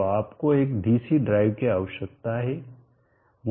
तो आपको एक डीसी ड्राइव की आवश्यकता है